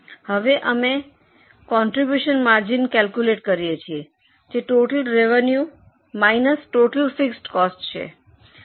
હવે અમે contribution margin calculate કરીએ છીએ જે total revenue minus total fixed cost છે